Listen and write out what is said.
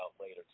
later